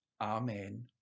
Amen